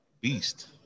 Beast